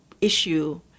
issue